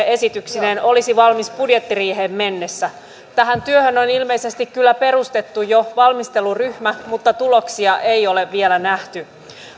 esityksineen olisi valmis budjettiriiheen mennessä tähän työhön on ilmeisesti kyllä perustettu jo valmisteluryhmä mutta tuloksia ei ole vielä nähty